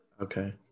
okay